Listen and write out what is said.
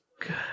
good